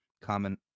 common